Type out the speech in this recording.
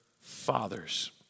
fathers